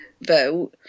vote